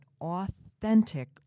authentic